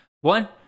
One